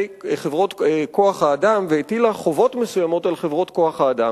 חברות כוח-האדם והטילה חובות מסוימות על חברות כוח-האדם.